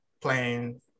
playing